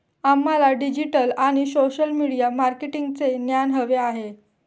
आम्हाला डिजिटल आणि social media मार्केटिंगचे ज्ञान हवे आहे